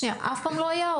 שנייה, אף פעם לא היה?